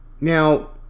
Now